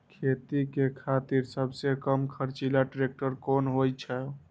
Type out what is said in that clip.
खेती के खातिर सबसे कम खर्चीला ट्रेक्टर कोन होई छै?